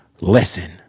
Listen